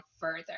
further